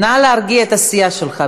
נא להרגיע את הסיעה שלך.